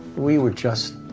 we were just,